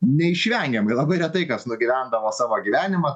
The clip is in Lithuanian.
neišvengiamai labai retai kas nugyvendavo savo gyvenimą